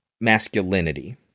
masculinity